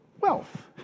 wealth